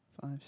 five